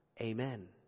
Amen